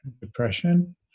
depression